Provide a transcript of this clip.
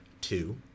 two